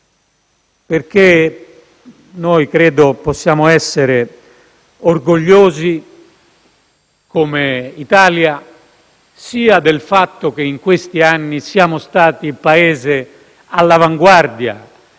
che, da un lato, possiamo essere orgogliosi, come Italia, del fatto che in questi anni siamo stati un Paese all'avanguardia